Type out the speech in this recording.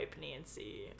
Nancy